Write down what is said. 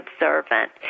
observant